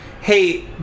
Hey